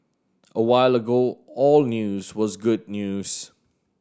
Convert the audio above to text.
a while ago all news was good news